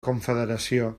confederació